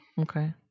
Okay